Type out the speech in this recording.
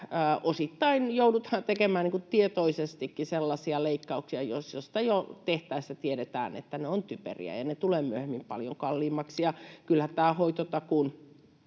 osittain joudutaan tekemään tietoisestikin sellaisia leikkauksia, joista jo tehtäessä tiedetään, että ne ovat typeriä ja ne tulevat myöhemmin paljon kalliimmaksi. Kyllähän tämän hoitotakuun